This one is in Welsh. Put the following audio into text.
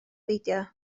beidio